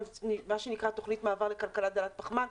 מה שנקרא תוכנית מעבר לכלכלה דלת פחמן.